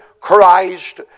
Christ